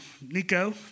Nico